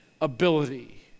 ability